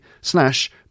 slash